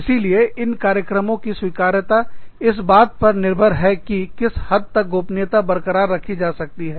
इसीलिए इन कार्यक्रमों की स्वीकार्यता इस बात पर निर्भर है कि किस हद तक गोपनीयता बरकरार रखी जा सकती है